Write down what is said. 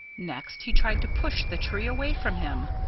next he tried to push the tree away from him.